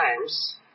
times